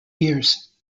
years